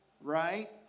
Right